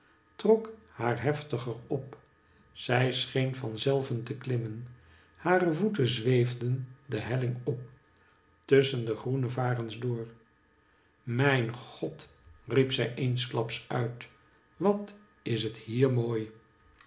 trok haar heftiger op zij scheen van zelve te klimmen hare voeten zweefden de helling op tusschen de groene varens door mijn god riep zij eensklaps uit wat is het hier mooi